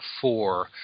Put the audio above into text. four